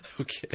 okay